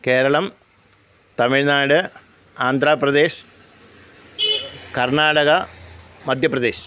Keralam Tamil Nadu Andhra Pradesh Karnataka Madhya Pradesh